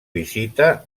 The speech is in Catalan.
visita